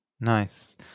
Nice